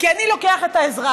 כי אני לוקח את האזרח,